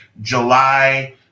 july